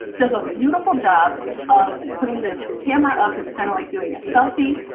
does a beautiful job of putting the camera up, it's kind of like doing a selfie,